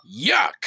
yuck